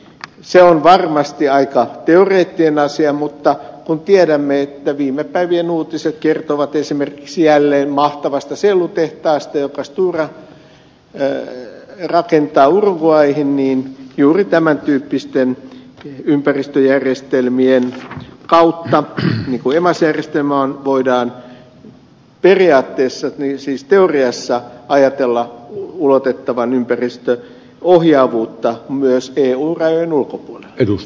se on varmasti aika teoreettinen asia mutta kun tiedämme että viime päivien uutiset kertovat esimerkiksi jälleen mahtavasta sellutehtaasta jonka stora rakentaa uruguayhin niin juuri tämän tyyppisten ympäristöjärjestelmien kuin emas järjestelmän kautta voidaan periaatteessa siis teoriassa ajatella ulotettavan ympäristöohjaavuutta myös eu rajojen ulkopuolelle